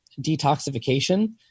detoxification